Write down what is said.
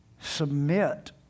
submit